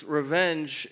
revenge